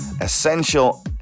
essential